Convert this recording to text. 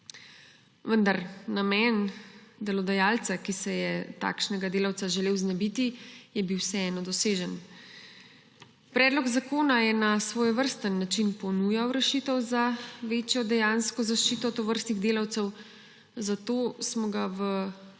Vendar namen delodajalca, ki se je takšnega delavca želel znebiti, je bil vseeno dosežen. Predlog zakona je na svojevrsten način ponujal rešitev za večjo dejansko zaščito tovrstnih delavcev, zato smo ga v